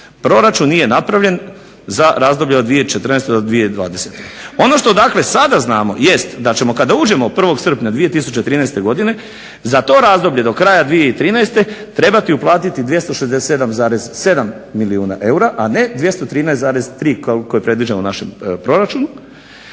Proračun nije napravljen za razdoblje od 2014. do 2020. Ono što dakle sada znamo jest da ćemo kada uđemo 1. srpnja 2013. godine za to razdoblje do kraja 2013. trebati uplatiti 267,7 milijuna eura, a ne 213,3 koliko je predviđeno u našem proračunu.